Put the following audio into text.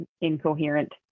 incoherent